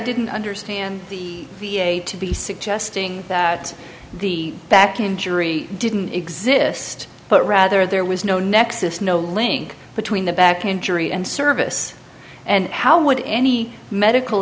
didn't understand the v a to be suggesting that the back injury didn't exist but rather there was no nexus no link between the back injury and service and how would any medical